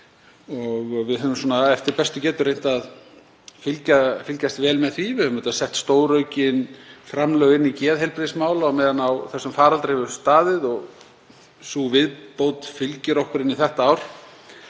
Við höfum eftir bestu getu reynt að fylgjast vel með því. Við höfum auðvitað sett stóraukin framlög inn í geðheilbrigðismál á meðan á þessum faraldri hefur staðið og sú viðbót fylgir okkur inn í þetta ár.